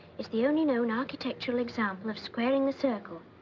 it's the only known architectural example of squaring the circle.